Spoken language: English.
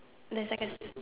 the second